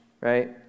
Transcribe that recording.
right